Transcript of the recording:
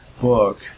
book